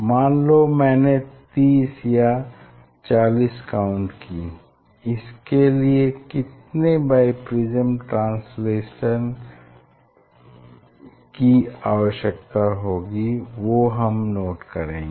मान लो मैंने 30 या 40 काउंट की इसके लिए कितने बाइप्रिज्म ट्रांसलेशन की आवश्यकता होगी वो हम नोट करेंगे